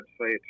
website